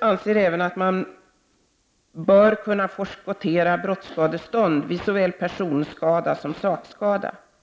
anser vidare att man bör kunna förskottera brottsskadestånd vid såväl personskada som sakskada.